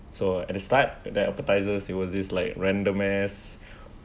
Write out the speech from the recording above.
so at the start that appetiser it was just like random ass